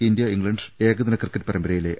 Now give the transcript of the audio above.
ഇന്തൃ England ഏകദിന cricket പരമ്പരയിലെ